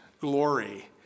glory